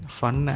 fun